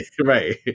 right